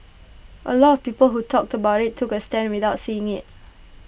A lot of people who talked about IT took A stand without seeing IT